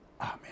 Amen